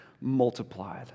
multiplied